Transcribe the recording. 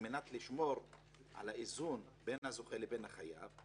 על מנת לשמור על האיזון בין הזוכה לבין החייב,